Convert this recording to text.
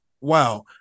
wow